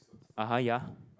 (uh huh) ya